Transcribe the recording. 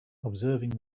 observing